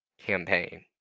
campaign